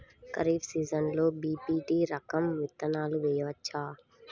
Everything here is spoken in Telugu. ఖరీఫ్ సీజన్లో బి.పీ.టీ రకం విత్తనాలు వేయవచ్చా?